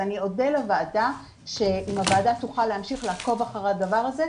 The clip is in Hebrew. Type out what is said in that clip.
אז אני אודה לוועדה אם היא תוכל לעקוב אחרי הדבר הזה,